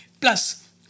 Plus